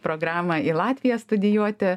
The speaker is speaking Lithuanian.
programą į latviją studijuoti